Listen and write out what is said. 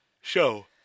show